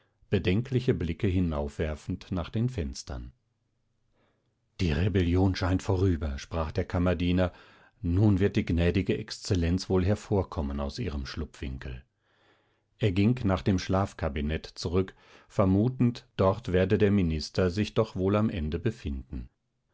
bedenkliche blicke hinaufwerfend nach den fenstern die rebellion scheint vorüber sprach der kammerdiener nun wird die gnädige exzellenz wohl hervorkommen aus ihrem schlupfwinkel er ging nach dem schlafkabinett zurück vermutend dort werde der minister sich doch wohl am ende befinden